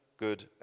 good